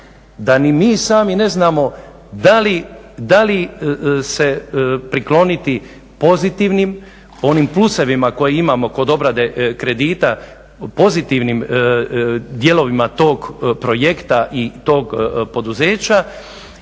da ni mi sami ne znamo da li se prikloniti pozitivnim onim plusevima koje imamo kod obrade kredita pozitivnim dijelovima tog projekta i tog poduzeća